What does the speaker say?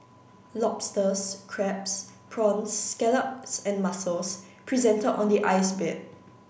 lobsters crabs prawns scallops and mussels presented on the ice bed